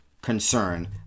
concern